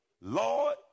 Lord